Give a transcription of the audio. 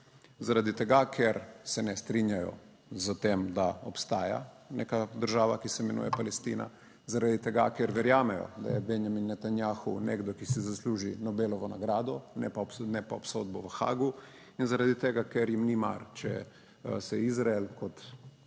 zaradi tega, ker se ne strinjajo s tem, da obstaja neka država, ki se imenuje Palestina. Zaradi tega, ker verjamejo, da je Benjamin / nerazumljivo/ nekdo, ki si zasluži Nobelovo nagrado, ne pa obsodbo v Haagu. In zaradi tega, ker jim ni mar, če se Izrael kot